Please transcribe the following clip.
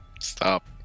Stop